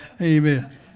Amen